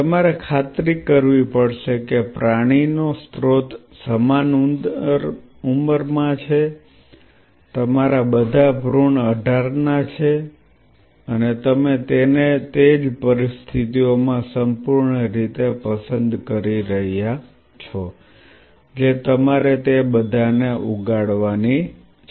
તમારે ખાતરી કરવી પડશે કે પ્રાણીનો સ્રોત સમાન ઉંમરના છે તમારા બધા ભ્રૂણ 18 ના છે અને તમે તેને તે જ પરિસ્થિતિઓમાં સંપૂર્ણ રીતે પસંદ કરી રહ્યા છો જે તમારે તે બધાને ઉગાડવાની છે